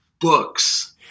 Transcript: books